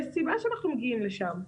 יש סיבה שאנחנו מגיעים לשם.